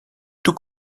tout